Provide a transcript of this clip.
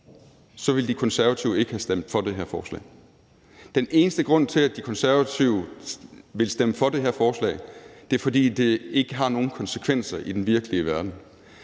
så ville De Konservative ikke have stemt for det her forslag. Den eneste grund til, at De Konservative vil stemme for det her forslag, er, at det ikke har nogen konsekvenser i den virkelige verden.